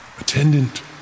Attendant